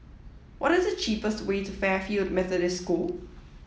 what is the cheapest way to Fairfield Methodist School